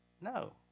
No